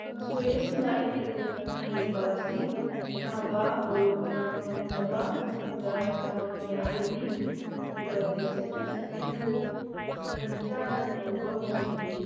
ꯀꯥꯡꯁꯣꯏ ꯑꯁꯤꯅ ꯑꯩꯈꯣꯏꯗ ꯀꯥꯟꯅꯍꯜꯂꯤꯕ ꯑꯁꯤ ꯑꯅꯥꯕ ꯃꯣꯔꯣꯛ ꯆꯥꯕ ꯉꯝꯗꯕꯁꯤꯡꯗ ꯆꯥꯕ ꯌꯥꯍꯜꯂꯤ ꯑꯗꯨꯒ ꯗꯥꯏꯖꯦꯁꯇꯤꯚ ꯁꯤꯁꯇꯦꯝꯕꯨ ꯃꯔꯝꯆꯥꯅ ꯇꯧꯕ ꯉꯝꯍꯜꯂꯤ